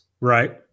Right